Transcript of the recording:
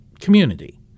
community